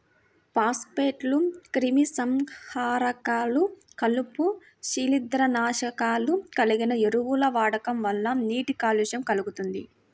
ఫాస్ఫేట్లు, క్రిమిసంహారకాలు, కలుపు, శిలీంద్రనాశకాలు కలిగిన ఎరువుల వాడకం వల్ల నీటి కాలుష్యం కల్గుతుంది